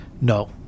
No